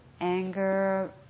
Anger